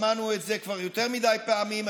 שמענו את זה כבר יותר מדי פעמים,